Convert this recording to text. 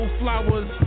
flowers